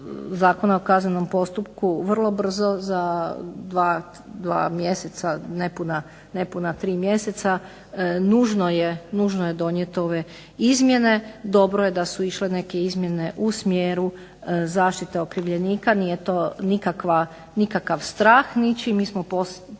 Zakona o kaznenom postupku vrlo brzo za 2 mjeseca, nepuna 3 mjeseca nužno je donijeti ove izmjene, dobro je da su išle neke izmjene u smjeru zaštite okrivljenika, nije to nikakav strah ničiji, mi smo postigli